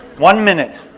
one minute.